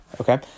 okay